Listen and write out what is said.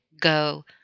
go